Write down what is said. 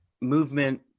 movement